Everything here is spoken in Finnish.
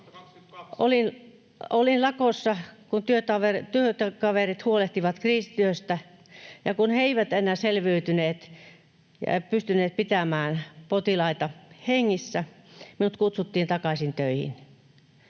Olin lakossa, kun työkaverit huolehtivat kriisityöstä, ja kun he eivät enää selviytyneet ja pystyneet pitämään potilaita hengissä, minut kutsuttiin takaisin töihin,